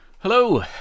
Hello